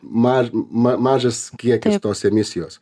maž ma mažas kiekis tos emisijos